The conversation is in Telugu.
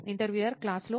ఇంటర్వ్యూయర్ క్లాసులో